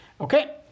Okay